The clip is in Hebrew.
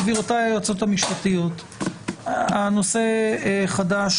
גבירותיי היועצות המשפטיות, על מה חל נושא חדש?